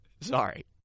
Sorry